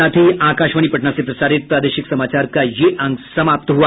इसके साथ ही आकाशवाणी पटना से प्रसारित प्रादेशिक समाचार का ये अंक समाप्त हुआ